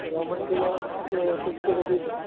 geometry box fix rupees